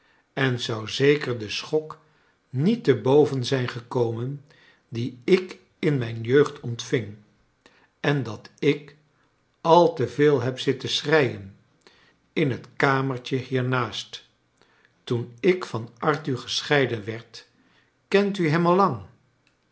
en zou zeker den schok niet te boven zijn gekomen dien ik in mijn jeugd ontving en dat ik al te veel heb zitten schreien in het kamertje hier naast toen ik van arthur gescheiden werd kent u hem al lang